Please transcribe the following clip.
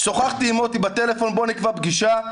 שוחחתי עם מוטי בטלפון 'בוא נקבע פגישה',